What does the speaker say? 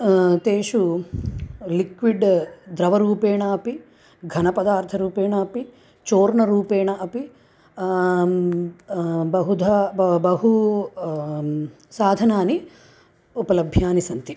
तेषु लिक्विड् द्रवरूपेणापि घनपदार्थरूपेणापि चूर्णरूपेण अपि बहुधा ब बहु साधनानि उपलभ्यानि सन्ति